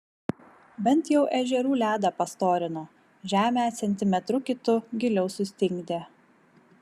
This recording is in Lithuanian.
bent jau ežerų ledą pastorino žemę centimetru kitu giliau sustingdė